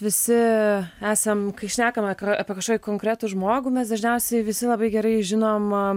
visi esam kai šnekam apie kažkokį konkretų žmogų mes dažniausiai visi labai gerai žinom